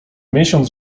miesiąc